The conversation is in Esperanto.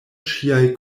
ŝiaj